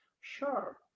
Sure